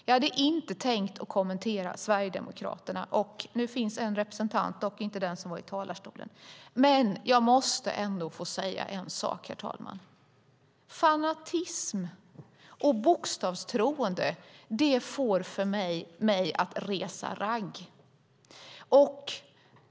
Jag hade inte tänkt kommentera Sverigedemokraterna - nu finns det en representant här, dock inte den som var i talarstolen. Men jag måste ändå få säga en sak, herr talman. Fanatism och bokstavstroende får mig att resa ragg.